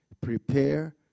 prepare